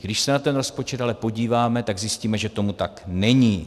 Když se na ten rozpočet ale podíváme, tak zjistíme, že tomu tak není.